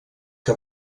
que